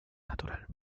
natural